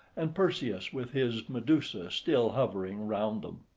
and perseus, with his medusa, still hovering round them.